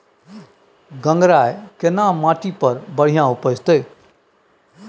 गंगराय केना माटी पर बढ़िया उपजते?